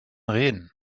reden